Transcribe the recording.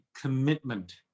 commitment